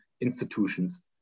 institutions